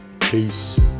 Peace